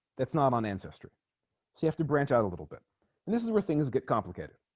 that's not on ancestry so you have to branch out a little bit and this is where things get complicated